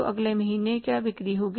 तो अगले महीने क्या बिक्री होगी